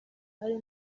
hari